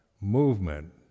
movement